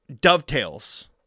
dovetails